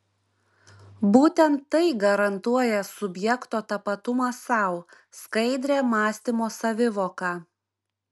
būtent tai garantuoja subjekto tapatumą sau skaidrią mąstymo savivoką